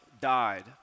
died